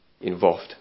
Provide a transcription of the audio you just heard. involved